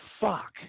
fuck